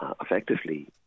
effectively